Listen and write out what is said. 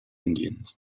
indians